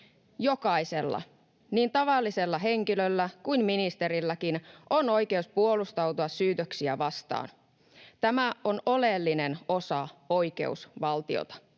Jokaisella, niin tavallisella henkilöllä kuin ministerilläkin, on oikeus puolustautua syytöksiä vastaan. Tämä on oleellinen osa oikeusvaltiota.